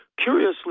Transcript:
Curiously